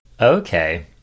okay